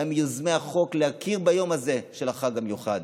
שהיה מיוזמי החוק להכיר ביום הזה של החג המיוחד.